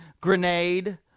Grenade